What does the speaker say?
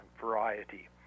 variety